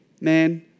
Man